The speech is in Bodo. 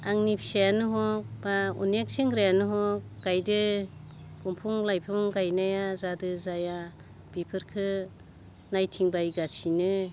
आंनि फिसायानो हग बा अनेक सेंग्रायानो हग बे दंफां लाइफां गायनाया जादों जाया बेफोरखो नायथिंबायगासिनो